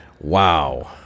wow